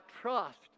trust